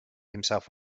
himself